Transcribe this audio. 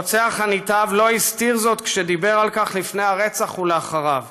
הרוצח הנתעב לא הסתיר זאת כשדיבר על כך לפני הרצח ולאחריו.